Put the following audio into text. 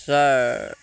sir